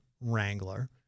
Wrangler